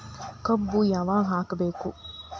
ಕಬ್ಬು ಯಾವಾಗ ಹಾಕಬೇಕು?